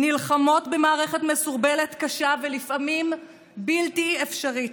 נלחמות במערכת מסורבלת קשה ולפעמים בלתי אפשרית.